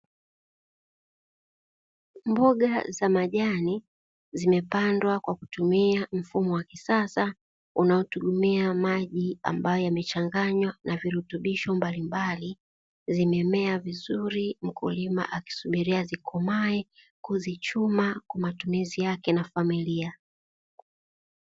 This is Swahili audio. Mboga za majani zimepandwa kwa kutumia mfumo wa kisasa unaotumia maji ambayo yamechanganywa na virutubisho mbalimbali zimemea vizuri mkulima akisubiria zikomae kuzichuma kwa matumizi yake na familia.